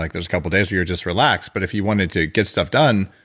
like there's a couple days where you'll just relax, but if you wanted to get stuff done,